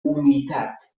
humitat